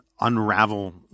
unravel